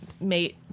mate